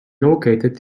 located